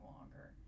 longer